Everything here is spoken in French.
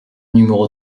numéro